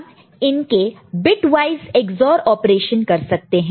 हम इन के बिटवाइस EX OR ऑपरेशन कर सकते हैं